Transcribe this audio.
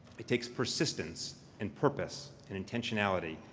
it takes persistence and purpose and intentionality,